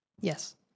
Yes